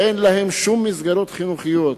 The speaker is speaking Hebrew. אין להם שום מסגרות חינוכיות,